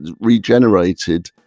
regenerated